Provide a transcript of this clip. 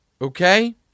Okay